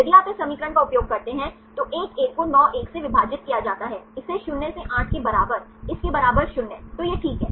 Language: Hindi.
यदि आप इस समीकरण का उपयोग करते हैं तो 1 1 को 9 1 से विभाजित किया जाता है इसे 0 से 8 के बराबर इस के बराबर 0 तो यह ठीक है